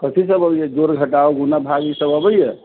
कथि सब अबैया जोड़ घटाव गुणा भाग ईसब अबैया